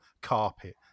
Carpet